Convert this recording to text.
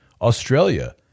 Australia